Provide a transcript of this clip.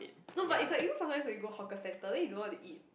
no but is like you know sometimes you go hawker centre then you don't know what to eat